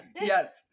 Yes